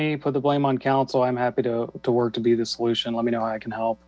me put the blame on council i'm happy to to work to be the solution let me know how i can help